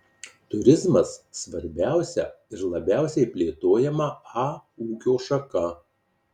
turizmas svarbiausia ir labiausiai plėtojama a ūkio šaka